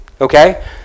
Okay